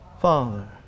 Father